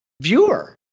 viewer